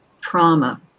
trauma